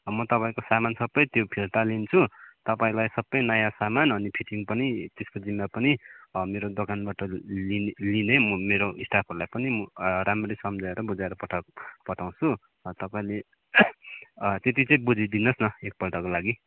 म तपाईँको सामान सबै त्यो फिर्ता लिन्छु तपाईँलाई सबै नयाँ सामान अनि फिटिङ पनि त्यसको जिम्मा पनि मेरो दोकानबाट लिने लिने म मेरो स्टाफहरूलाई पनि म राम्ररी सम्झाएर बुझाएर पठाउँछु तपाईँले त्यति चाहिँ बुझिदिनु होस् न एकपल्टको लागि